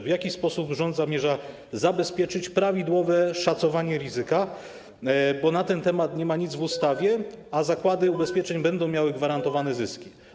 W jaki sposób rząd zamierza zabezpieczyć prawidłowe szacowanie ryzyka, bo na ten temat w ustawie nic nie ma, a zakłady ubezpieczeń będą miały gwarantowane zyski?